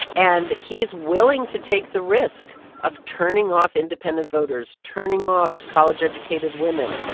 and he's willing to take the risk of turning off independent voters, turning off college-educated women.